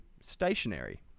stationary